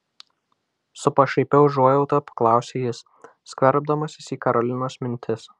su pašaipia užuojauta paklausė jis skverbdamasis į karolinos mintis